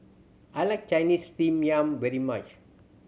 I like Chinese Steamed Yam very much